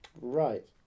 Right